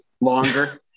longer